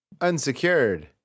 unsecured